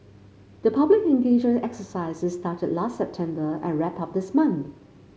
the public engagement exercises started last September and wrapped up this month